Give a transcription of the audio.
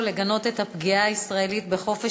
ההצעה תועבר לוועדת חוקה.